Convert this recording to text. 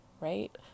right